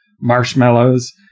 marshmallows